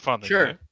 sure